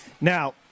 now